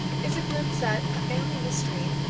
is a glimpse at a family mystery.